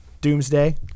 Doomsday